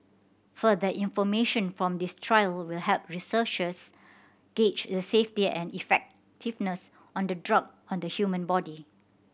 further information from this trial will help researchers gauge the safety and effectiveness on the drug on the human body